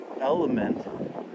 element